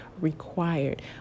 required